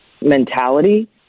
mentality